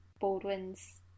Baldwin's